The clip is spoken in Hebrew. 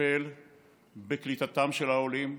לטפל בקליטתם של העולים,